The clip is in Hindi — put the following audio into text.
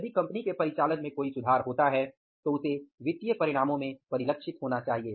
यदि कंपनी के परिचालन में कोई सुधार होता है तो उसे वित्तीय परिणामों में परिलक्षित होना चाहिए